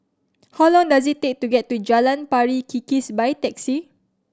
how long does it take to get to Jalan Pari Kikis by taxi